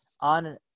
on